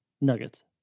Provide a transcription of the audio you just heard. Nuggets